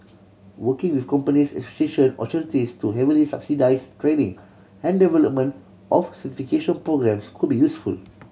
working with companies association or charities to heavily subsidise training and development of certification programmes could be useful